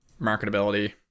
marketability